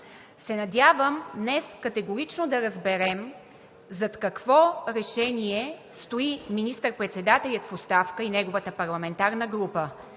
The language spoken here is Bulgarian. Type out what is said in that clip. се надявам днес категорично да разберем зад какво решение стои министър-председателят в оставка и неговата парламентарна група.